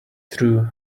true